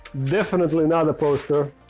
definitely not a poster.